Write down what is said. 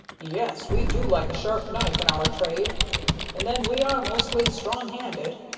yes, we do like a sharp knife in our trade and then we are mostly strong-handed.